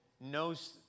knows